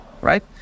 right